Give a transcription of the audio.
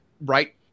right